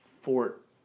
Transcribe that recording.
Fort